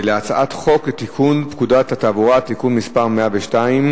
לפיכך אני קובע שהצעת חוק בית-המשפט לענייני משפחה (תיקון מס' 10),